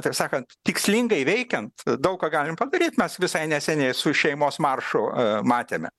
taip sakant tikslingai veikiant daug ką galim padaryt mes visai neseniai su šeimos maršu matėme